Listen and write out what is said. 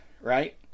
right